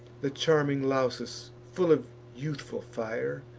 the charming lausus, full of youthful fire,